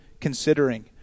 considering